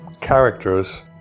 characters